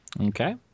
okay